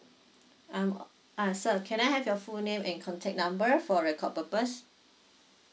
um uh sir can I have your full name and contact number for record purpose